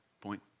point